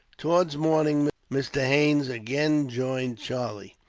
towards morning, mr. haines again joined charlie.